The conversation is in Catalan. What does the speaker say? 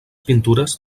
pintures